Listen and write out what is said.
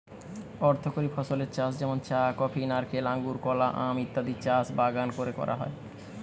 অর্থকরী ফসলের চাষ যেমন চা, কফি, নারকেল, আঙুর, কলা, আম ইত্যাদির চাষ বাগান কোরে করা হয়